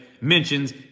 mentions